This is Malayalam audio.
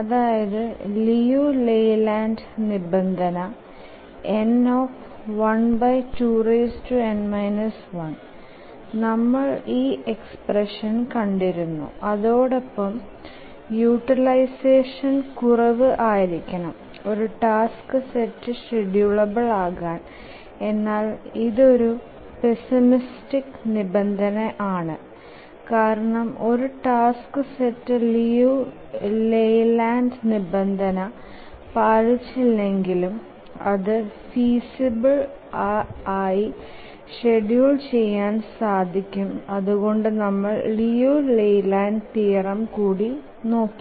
അതായത് ലിയു ലെയ്ലാൻഡ് നിബന്ധന n12n 1 നമ്മൾ ഈ എക്സ്പ്രഷ്ൻ കണ്ടിരുന്നു അതോടൊപ്പം യൂട്ടിലൈസഷൻ കുറവ് ആയിരിക്കണം ഒരു ടാസ്ക് സെറ്റ് ഷ്ഡ്യൂളബിൽ ആകാൻ എന്നാൽ ഇതൊരു പെസിമിസ്റ്റിക് നിബന്ധന ആണ് കാരണം ഒരു ടാസ്ക് സെറ്റ് ലിയു ലെയ്ലാൻഡ് നിബന്ധന പാലിച്ചില്ലെകിലും അതു ഫീസിബിൽ ആയി ഷ്ഡ്യൂൽ ചെയാൻ സാധിക്കും അതുകൊണ്ട് നമ്മൾ ലിയു ലെയ്ലാൻഡ് തിയറം കൂടി നോക്കി